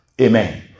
Amen